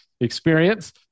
experience